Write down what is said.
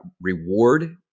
reward